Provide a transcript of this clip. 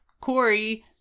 Corey